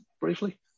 briefly